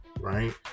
right